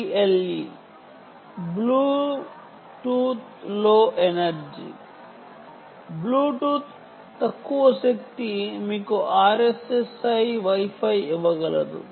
BLE Bluetooth low energy మీకు RSSI ఇవ్వగలదు